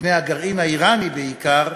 מפני הגרעין האיראני, בעיקר,